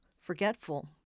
forgetful